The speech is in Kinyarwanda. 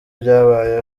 byabaye